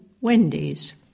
Wendy's